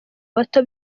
bato